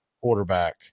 quarterback